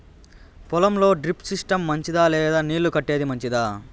పొలం లో drip system మంచిదా లేదా నీళ్లు కట్టేది మంచిదా?